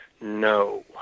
no